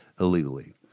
illegally